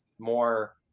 more